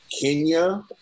Kenya